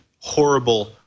horrible